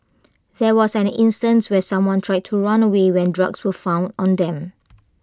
there was an instance where someone tried to run away when drugs were found on them